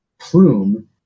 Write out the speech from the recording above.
plume